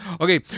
Okay